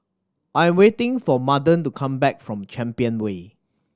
I am waiting for Madden to come back from Champion Way